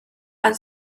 and